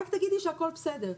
רק תגידי לי שהכול בסדר.